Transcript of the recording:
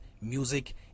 music